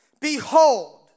Behold